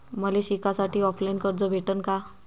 मले शिकासाठी ऑफलाईन कर्ज भेटन का?